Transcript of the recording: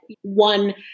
one